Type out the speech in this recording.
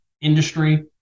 industry